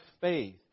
faith